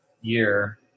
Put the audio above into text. year